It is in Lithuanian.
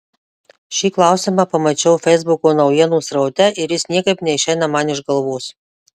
šį klausimą pamačiau feisbuko naujienų sraute ir jis niekaip neišeina man iš galvos